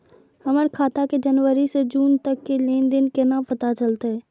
हमर खाता के जनवरी से जून तक के लेन देन केना पता चलते?